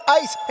ice